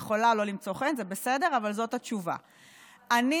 אבל את מטעה את הציבור.